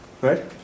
Right